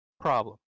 problem